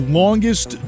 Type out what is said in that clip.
longest